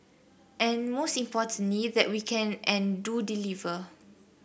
and most importantly that we can and do deliver